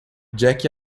jack